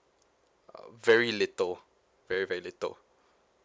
uh very little very very little